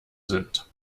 sind